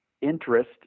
interest